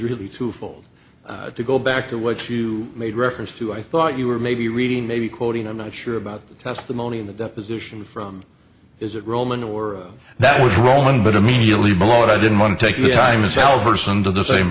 really twofold to go back to what you made reference to i thought you were maybe reading maybe quoting i'm not sure about the testimony in the deposition from is it roman or that was rolling but immediately below it i didn't want to take the